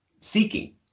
seeking